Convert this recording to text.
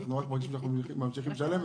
אנחנו רק מרגישים שאנחנו ממשיכים לשלם את זה.